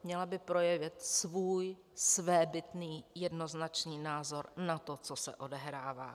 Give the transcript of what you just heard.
Měla by projevit svůj svébytný jednoznačný názor na to, co se odehrává.